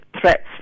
threats